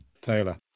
Taylor